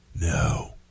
no